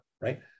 right